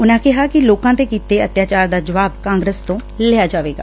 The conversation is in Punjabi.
ਉਨੂਾ ਕਿਹਾ ਕਿ ਲੋਕਾਂ ਤੇ ਕੀਤੇ ਅਤਿਆਚਾਰ ਦਾ ਜੁਆਬ ਕਾਂਗਰਸ ਤੋਂ ਲਿਆ ਜਾਵੇਗਾ